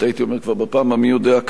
בפעם הכבר-מי-יודע-כמה,